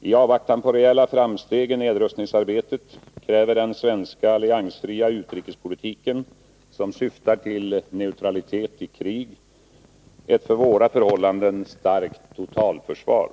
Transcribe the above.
I avvaktan på reella framsteg i nedrustningsarbetet kräver den svenska alliansfria utrikespolitiken, som syftar till neutralitet i krig, ett för våra förhållanden starkt totalförsvar.